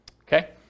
Okay